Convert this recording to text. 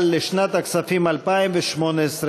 אבל לשנת הכספים 2018,